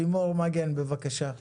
לימור מגן, בבקשה.